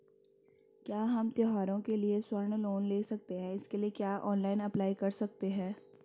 क्या हम त्यौहारों के लिए स्वर्ण लोन ले सकते हैं इसके लिए क्या ऑनलाइन अप्लाई कर सकते हैं?